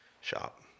shop